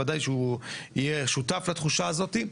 ודאי שהוא יהיה שותף לתחושה הזאתי,